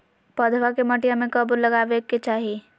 पौधवा के मटिया में कब लगाबे के चाही?